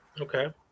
okay